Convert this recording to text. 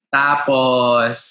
tapos